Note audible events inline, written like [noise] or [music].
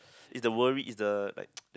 is the worry is the like [noise]